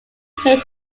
hit